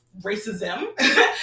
racism